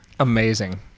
Amazing